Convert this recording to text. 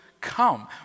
come